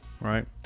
right